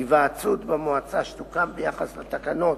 היוועצות במועצה שתוקם ביחס לתקנות,